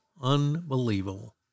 Unbelievable